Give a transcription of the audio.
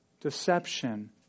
Deception